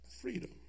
Freedom